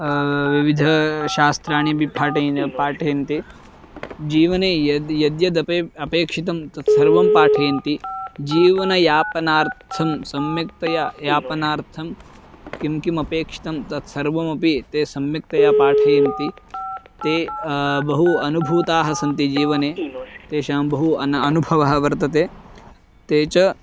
विविधाशास्त्राणि अपि पाठयन् पाठयन्ति जीवने यत् यद्यत् अपि अपेक्षितं तत्सर्वं पाठयन्ति जीवनयापनार्थं सम्यक्तया यापनार्थं किं किम् अपेक्षितं तत्सर्वमपि ते सम्यक्तया पाठयन्ति ते बहु अनुभूताः सन्ति जीवने तेषां बहु अन अनुभवः वर्तते ते च